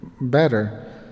better